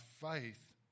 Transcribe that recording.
faith